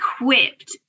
equipped